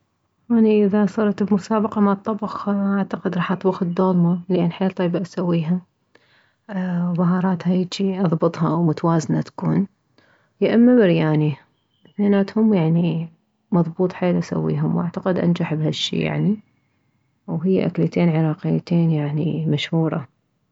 اني اذا صرت بمسابقة مال طبخ اعتقد راح اطبخ الدولمة لان حيل طيبة اسويها وبهاراتها هيج اضبطها ومتوازنة تكون يا اما برياني ثنيناتهم مضبوط حيل اسويهم اعتقد انجح بهالشي يعني وهي اكلتين عراقيتين يعني مشهورة